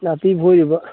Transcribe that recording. ꯅꯥꯄꯤ ꯐꯣꯏꯔꯤꯕ